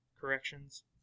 corrections